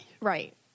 Right